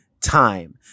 time